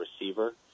receiver